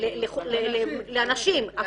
לאנשים.